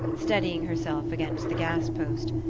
steadying herself against the gas-post.